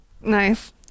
Nice